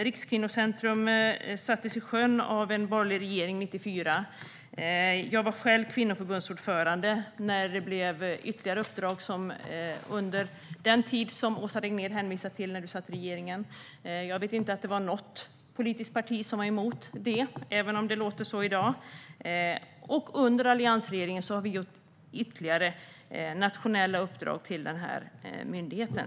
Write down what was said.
Rikskvinnocentrum sattes 1994 i sjön av en borgerlig regering. Jag var själv kvinnoförbundsordförande när ytterligare uppdrag kom under den tid då vi satt i regering och som Åsa Regnér hänvisar till. Jag vet inte om något politiskt parti var emot det här, även om det låter så i dag. Under alliansregeringen gav vi ytterligare nationella uppdrag till denna myndighet.